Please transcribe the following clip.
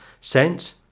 sent